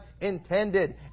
intended